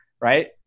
right